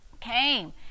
came